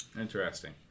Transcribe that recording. Interesting